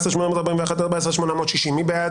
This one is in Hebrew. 14,821 עד 14,840, מי בעד?